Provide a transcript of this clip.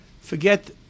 forget